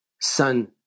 son